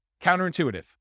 Counterintuitive